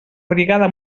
brigada